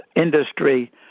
industry